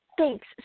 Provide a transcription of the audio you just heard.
Thanks